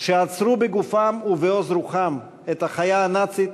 שעצרו בגופם ובעוז רוחם את החיה הנאצית